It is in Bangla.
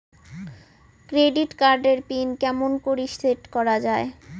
ক্রেডিট কার্ড এর পিন কেমন করি সেট করা য়ায়?